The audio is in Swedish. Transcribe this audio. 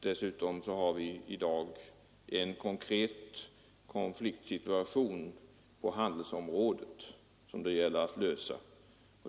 Dessutom har vi i dag en konkret konfliktsituation på handelsområdet som det gäller att lösa.